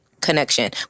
connection